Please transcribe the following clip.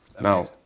Now